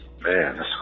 Man